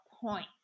point